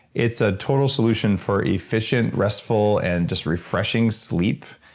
it's a total solution for efficient, restful, and just refreshing sleep.